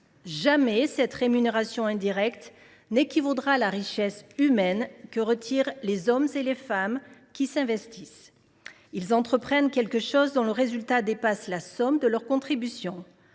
Jamais cette rémunération indirecte n’équivaudra à la richesse humaine que retirent de leur engagement les femmes et les hommes qui s’investissent. Ils entreprennent quelque chose dont le résultat dépasse la somme de leurs contributions.